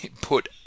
put